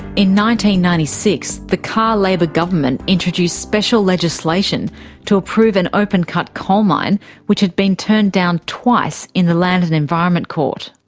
ninety ninety six, the carr labor government introduced special legislation to approve an open cut coal mine which had been turned down twice in the land and environment court.